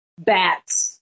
bats